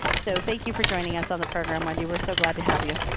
so thank you for joining us on the program wendy, we're so glad to have you.